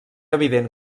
evident